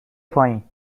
پایین